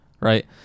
right